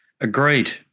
Agreed